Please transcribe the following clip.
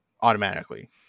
automatically